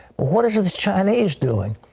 what are the chinese doing?